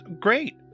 great